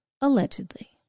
allegedly